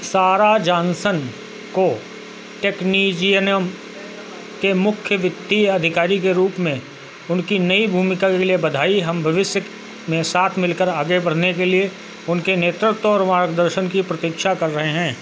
सारा जॉनसन को टेकनीजीयनम के मुख्य वित्तीय अधिकारी के रूप में उनकी नई भूमिका के लिए बधाई हम भविष्य में साथ मिलकर आगे बढ़ने के लिए उनके नेतृत्व और मार्गदर्शन की प्रतीक्षा कर रहे हैं